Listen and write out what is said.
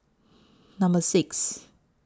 Number six